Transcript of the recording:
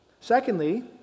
Secondly